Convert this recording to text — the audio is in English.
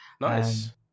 Nice